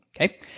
Okay